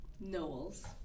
Knowles